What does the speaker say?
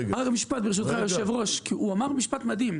ברשותך, היושב-ראש, הוא אמר משפט מדהים,